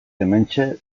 hementxe